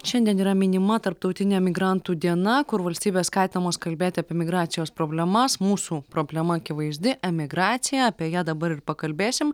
šiandien yra minima tarptautinė migrantų diena kur valstybės skatinamos kalbėt apie migracijos problemas mūsų problema akivaizdi emigracija apie ją dabar ir pakalbėsim